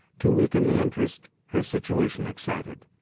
to weaken the interest her situation excited.